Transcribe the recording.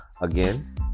Again